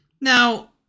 Now